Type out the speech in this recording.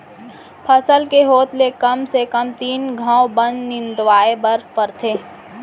फसल के होत ले कम से कम तीन घंव बन निंदवाए बर परथे